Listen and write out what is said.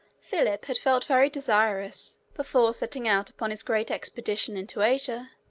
philip had felt very desirous, before setting out upon his great expedition into asia,